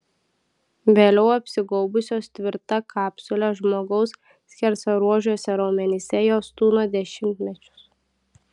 vėliau apsigaubusios tvirta kapsule žmogaus skersaruožiuose raumenyse jos tūno dešimtmečius